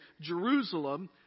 Jerusalem